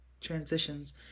transitions